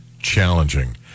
challenging